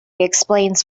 explains